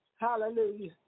Hallelujah